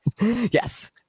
Yes